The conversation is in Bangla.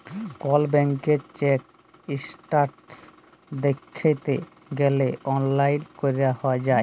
কল ব্যাংকের চ্যাক ইস্ট্যাটাস দ্যাইখতে গ্যালে অললাইল ক্যরা যায়